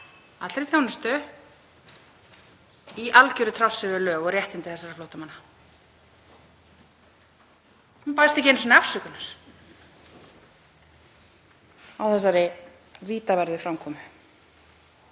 allri þjónustu í algeru trássi við lög og réttindi þessara flóttamanna. Hún baðst ekki einu sinni afsökunar á þessari vítaverðu framkomu.